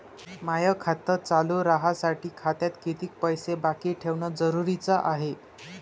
माय खातं चालू राहासाठी खात्यात कितीक पैसे बाकी ठेवणं जरुरीच हाय?